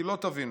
כי לא תבינו.